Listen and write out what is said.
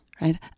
right